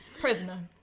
prisoner